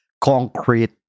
concrete